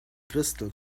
crystal